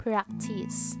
Practice